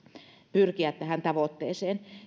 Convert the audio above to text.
pyrkiä tähän tavoitteeseen